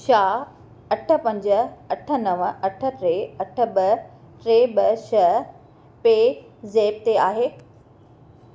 छा अठ पंज अठ नव अठ टे अठ ॿ टे ॿ छह पे ज़ेप ते आहे